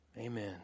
Amen